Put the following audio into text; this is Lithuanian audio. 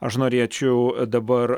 aš norėčiau dabar